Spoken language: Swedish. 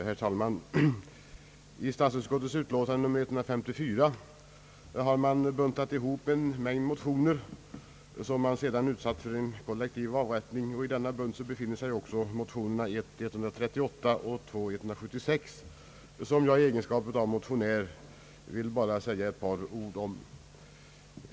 Herr talman! I statsutskottets utlåtande nr 154 har man buntat ihop en mängd motioner som sedan utsatts för en kollektiv avrättning. I denna bunt befinner sig också motionerna 1:138 och II:176, som jag i egenskap av motionär vill säga några ord om.